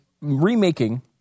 remaking